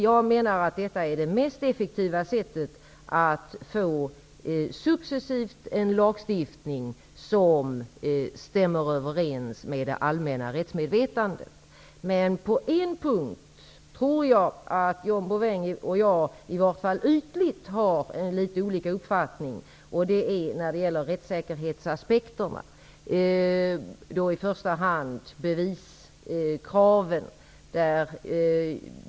Jag menar att detta är det mest effektiva sättet att successivt få fram en lagstiftning som stämmer överens med det allmänna rättsmedvetandet. Men på en punkt tror jag att John Bouvin och jag i varje fall ytligt har en litet olika uppfattning, och det gäller beträffande rättssäkerhetsaspekterna, i första hand beviskraven.